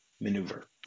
Maneuver